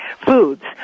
foods